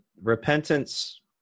repentance